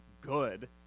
good